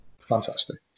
fantastic